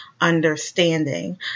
understanding